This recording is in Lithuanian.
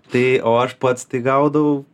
tai o aš pats tai gaudau